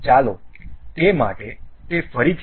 ચાલો તે માટે તે ફરીથી કરીએ